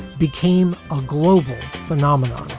became a global phenomenon